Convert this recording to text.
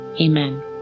Amen